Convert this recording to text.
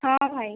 ହଁ ଭାଇ